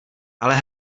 ale